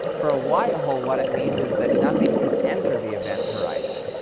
for a white hole, what it means is that nothing can enter the event horizon,